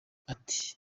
ati